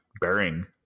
bearing